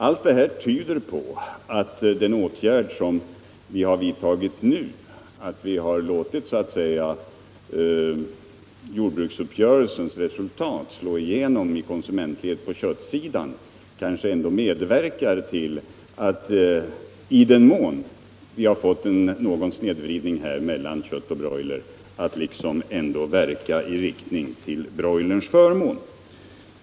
Allt detta tyder på att den åtgärd vi har vidtagit nu — att vi låtit jordbruksuppgörelsens resultat slå igenom i konsumentledet på köttsidan — kanske ändå medverkar till att, i den mån vi har fått någon snedvridning mellan kött och broiler, åstadkomma en utjämning till broilerns förmån.